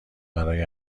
برای